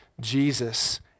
Jesus